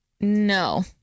No